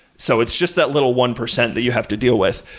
so it's just that little one percent that you have to deal with.